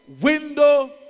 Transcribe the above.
window